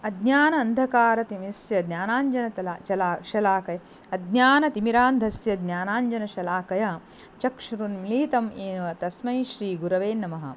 अज्ञानम् अन्धकारतिमिरस्य ज्ञानाञ्जन तला चला शलाकया अज्ञानतिमिरान्धस्य ज्ञानाञ्जनशलाकया चक्षुरुन्मीलितम् एव तस्मै श्रीगुरवे नमः